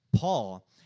Paul